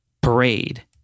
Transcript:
parade